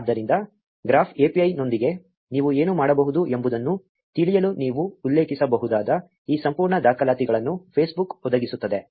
ಆದ್ದರಿಂದ graph API ನೊಂದಿಗೆ ನೀವು ಏನು ಮಾಡಬಹುದು ಎಂಬುದನ್ನು ತಿಳಿಯಲು ನೀವು ಉಲ್ಲೇಖಿಸಬಹುದಾದ ಈ ಸಂಪೂರ್ಣ ದಾಖಲಾತಿಗಳನ್ನು Facebook ಒದಗಿಸುತ್ತದೆ